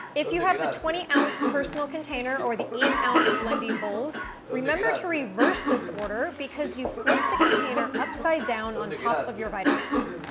if you have the twenty ounce personal container or the eight ounce blending bowls remember to reverse this order because you flip the container upside down on the top of your vitamix.